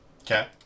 Okay